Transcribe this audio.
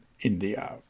India